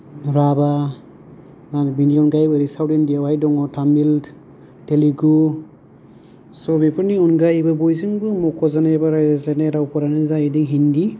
राभा आरो बिनि अनगायैबो ओरै साउथ इण्डिया आवहाय दङ तामिल तेलुगु स' बेफोरनि अनगायैबो बयजोंबो मख'जानाय एबा रायज्लायनाय रावफोरानो जाहैदों हिन्दी